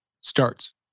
starts